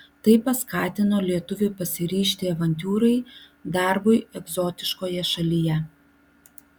tai paskatino lietuvį pasiryžti avantiūrai darbui egzotiškoje šalyje